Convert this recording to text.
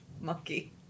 monkey